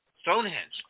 Stonehenge